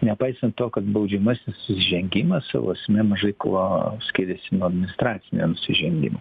nepaisant to kad baudžiamasis nusižengimas savo esme mažai kuo skiriasi nuo administracinio nusižengimo